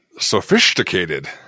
Sophisticated